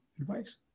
advice